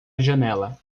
janela